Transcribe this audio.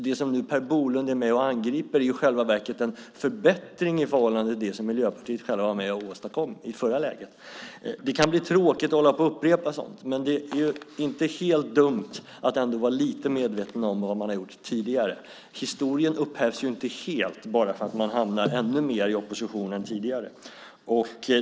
Det som nu Per Bolund är med och angriper är i själva verket en förbättring i förhållande till det som ni i Miljöpartiet själva var med och åstadkom i förra läget. Det kan bli tråkigt att hålla på och upprepa sådant, men det är inte helt dumt att ändå vara lite medveten om vad man har gjort tidigare. Historien upphävs ju inte helt bara för att man hamnar ännu mer i opposition än tidigare.